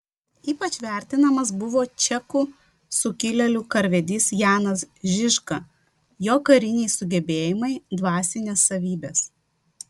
ypač vertinamas buvo čekų sukilėlių karvedys janas žižka jo kariniai sugebėjimai dvasinės savybės